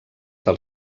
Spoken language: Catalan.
del